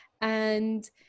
And-